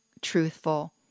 truthful